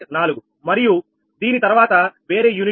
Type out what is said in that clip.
4 మరియు దీని తర్వాత వేరే యూనిట్ ఉంది